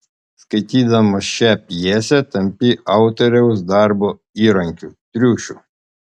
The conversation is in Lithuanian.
skaitydamas šią pjesę tampi autoriaus darbo įrankiu triušiu